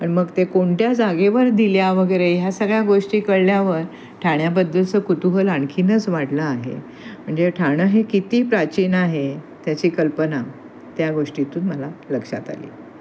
आणि मग ते कोणत्या जागेवर दिल्या वगैरे ह्या सगळ्या गोष्टी कळल्यावर ठाण्याबद्दलचं कुतूहल आणखीनच वाढलं आहे म्हणजे ठाणं हे किती प्राचीन आहे त्याची कल्पना त्या गोष्टीतून मला लक्षात आली